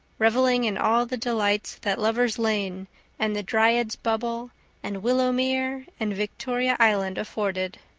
reveling in all the delights that lover's lane and the dryad's bubble and willowmere and victoria island afforded.